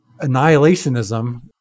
Annihilationism